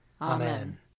Amen